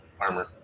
armor